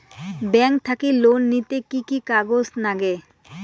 Bank থাকি loan নিতে কি কি কাগজ নাগে?